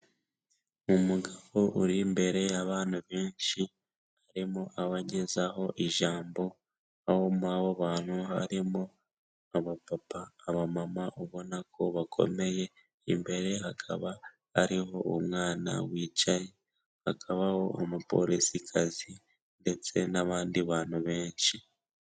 Umugabo uri imbere y'abantu benshi arimo abagezaho ijambo, aho muri abo bantu harimo abapapa, abamama, ubona ko bakomeye, imbere hakaba hariho umwana wicaye, hakabaho umupolisikazi ndetse n'abandi bantu benshi.